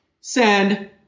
Send